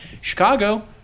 Chicago